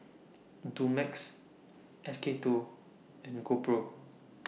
Dumex S K two and GoPro